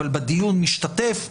אבל בדיון משתתף נציג.